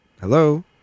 Hello